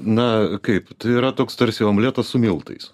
na kaip tu yra toks tarsi omletas su miltais